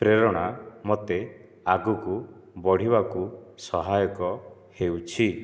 ପ୍ରେରଣା ମୋତେ ଆଗକୁ ବଢ଼ିବାକୁ ସହାୟକ ହେଉଛି